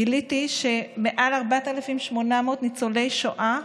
גיליתי שמעל 4,800 ניצולי שואה,